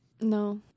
No